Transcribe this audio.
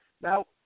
Now